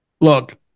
Look